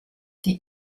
die